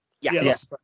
Yes